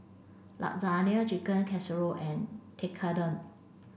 Lasagna Chicken Casserole and Tekkadon